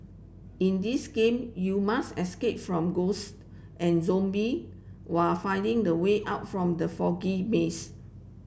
in this game you must escape from ghost and zombie while finding the way out from the foggy maze